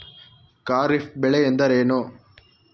ಖಾರಿಫ್ ಬೆಳೆ ಎಂದರೇನು?